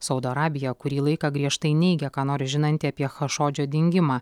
saudo arabija kurį laiką griežtai neigia ką nors žinanti apie chašodžio dingimą